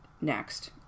next